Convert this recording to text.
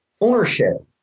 ownership